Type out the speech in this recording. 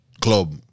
club